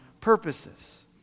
purposes